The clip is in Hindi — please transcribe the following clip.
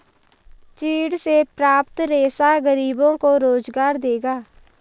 चीड़ से प्राप्त रेशा गरीबों को रोजगार देगा